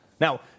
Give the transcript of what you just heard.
Now-